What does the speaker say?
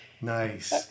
Nice